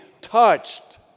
touched